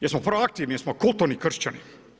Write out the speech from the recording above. Jesmo proaktivni, jesmo kuturni kršćani?